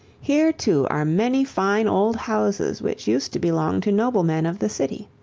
here, too, are many fine old houses which used to belong to noblemen of the city.